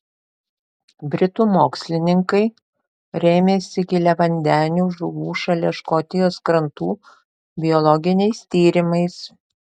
britų mokslininkai rėmėsi giliavandenių žuvų šalia škotijos krantų biologiniais tyrimais